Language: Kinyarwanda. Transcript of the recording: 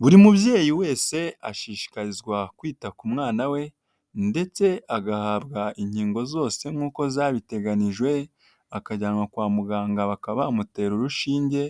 Buri mubyeyi wese ashishikarizwa kwita ku mwana we ndetse agahabwa inkingo zose nk'uko zabiteganijwe akajyanwa kwa muganga bakaba bamutera urushinge